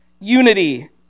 unity